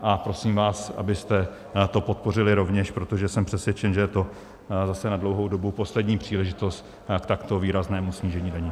A prosím vás, abyste to podpořili rovněž, protože jsem přesvědčen, že je to zase na dlouhou dobu poslední příležitost k takto výraznému snížení daní.